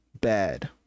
bad